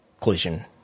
Collision